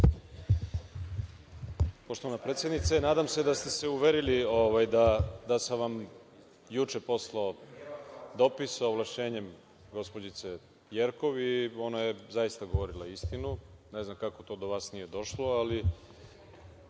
Poštovana predsednice, nadam se da ste se uverili da sam vam juče poslao dopis sa ovlašćenjem gospođice Jerkov i ona je zaista govorila istinu. Ne znam kako to do vas nije došlo, ali